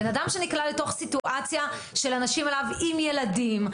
אדם שנקלע לתוך סיטואציה של אנשים עליו עם ילדים.